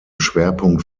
schwerpunkt